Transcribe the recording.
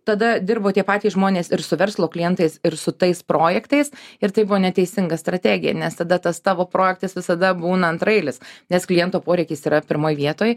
tada dirbo tie patys žmonės ir su verslo klientais ir su tais projektais ir tai buvo neteisinga strategija nes tada tas tavo projektas visada būna antraeilis nes kliento poreikis yra pirmoj vietoj